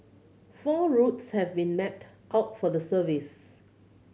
four routes have been mapped out for the service